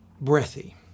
breathy